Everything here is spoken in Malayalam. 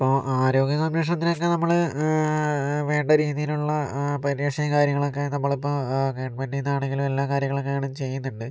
ഇപ്പോൾ ആരോഗ്യ സംരക്ഷണത്തിനൊക്കെ നമ്മൾ വേണ്ട രീതിയിലുള്ള പരിരക്ഷയും കാര്യങ്ങളൊക്കെ നമ്മളിപ്പോൾ ഗവൺമെന്റ് നിന്നാണെങ്കിലും എല്ലാ കാര്യങ്ങളൊക്കെ ആണ് ചെയ്യുന്നുണ്ട്